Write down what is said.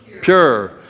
pure